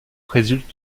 résulte